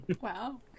Wow